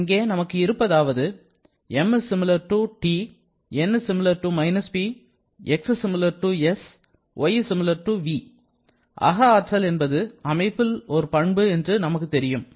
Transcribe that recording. இங்கே நமக்கு இருப்பதாவது அக ஆற்றல் என்பது அமைப்பில் ஒரு பண்பு என்று நமக்கு தெரியும்